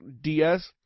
DS